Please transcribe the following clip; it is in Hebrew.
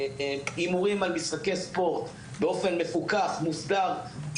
הימורים על משחקי ספורט באופן מפוקח, מוסדר,